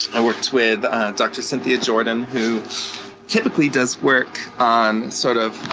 i worked with dr. cynthia jordan, who typically does work on, sort of,